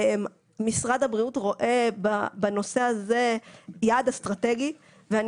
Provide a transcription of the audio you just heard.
משרד הבריאות רואה בנושא הזה יעד אסטרטגי ואני